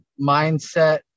mindset